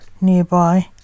nearby